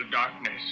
darkness